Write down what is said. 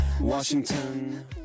Washington